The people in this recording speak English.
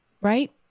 right